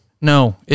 No